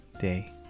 day